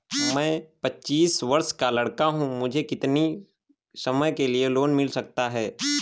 मैं पच्चीस वर्ष का लड़का हूँ मुझे कितनी समय के लिए लोन मिल सकता है?